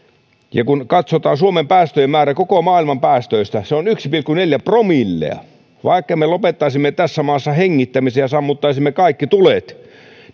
kun katsotaan suomen päästöjen määrä koko maailman päästöistä se on yksi pilkku neljä promillea vaikka me lopettaisimme tässä maassa hengittämisen ja sammuttaisimme kaikki tulet